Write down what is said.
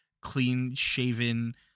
clean-shaven